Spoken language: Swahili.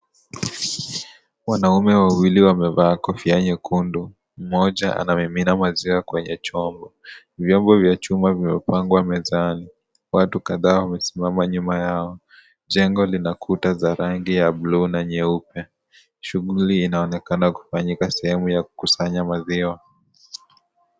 Wanaume wawili wamevaa kofia nyekundu, mmoja anamimina maziwa kwenye chombo. Vyombo vya chuma vimepangwa mezani. Watu kadhaa wamesimama nyuma yao. Jengo lina kuta za rangi ya bluu na nyeupe. Shughuli inaonekana kufanyika sehemu ya kukusanya maziwa.